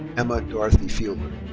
emma dorothy fiedler.